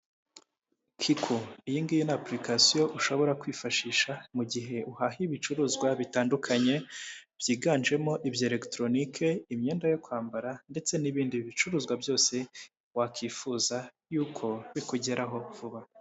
Kiko, iyi ngiyi ni apurikasiyo ushobora kwifashisha mu gihe uhaha ibicuruzwa bitandukanye, byiganjemo ibya eregitoronike, imyenda yo kwambara ndetse n'ibindi bicuruzwa byose wakwifuza y'uko bikugeraho vuba.